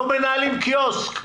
לא מנהלים קיוסק.